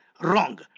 wrong